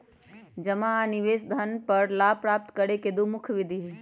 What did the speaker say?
जमा आ निवेश धन पर लाभ प्राप्त करे के दु मुख्य विधि हइ